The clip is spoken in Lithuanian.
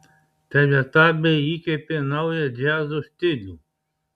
teletabiai įkvėpė naują džiazo stilių